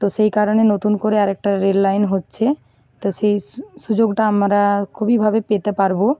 তো সেই কারণে নতুন করে আরেকটা রেল লাইন হচ্ছে তো সেই সুযোগটা আমরা খুবইভাবে পেতে পারবো